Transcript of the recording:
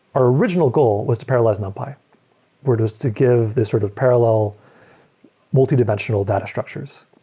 our original goal was to parallelize numpy or just to give this sort of parallel multidimensional data structures.